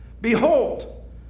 behold